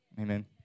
Amen